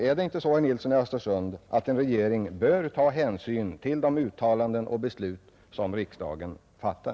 Är det inte så, herr Nilsson, att en regering bör ta hänsyn till riksdagsuttalanden och beslut som riksdagen fattar?